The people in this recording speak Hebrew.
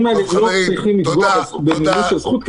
האלה לא צריכים לפגוע במימוש של זכות,